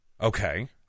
Okay